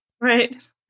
Right